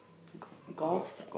gauze